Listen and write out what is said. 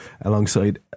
alongside